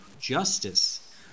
justice